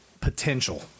potential